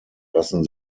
lassen